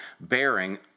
bearing